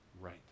right